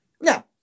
Now